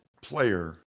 player